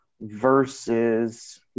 versus